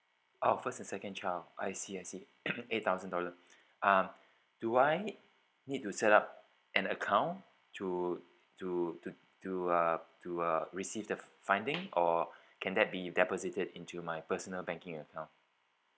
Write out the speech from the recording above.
oh first and second child I see I see eight thousand dollar um do I need need to set up an account to to to to uh to uh receive the funding or can that be deposited into my personal banking account